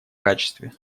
качестве